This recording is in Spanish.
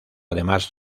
además